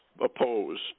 opposed